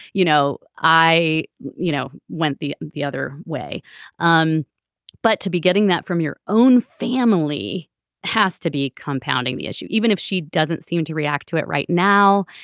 you know i you know went the the other way um but to be getting that from your own family has to be compounding the issue even if she doesn't seem to react to it right now.